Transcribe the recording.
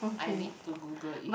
I need to Google it